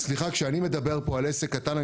כשאני מדבר פה על עסק קטן,